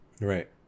Right